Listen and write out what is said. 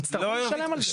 הם יצטרכו לשלם על זה.